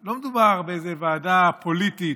לא מדובר באיזו ועדה פוליטית,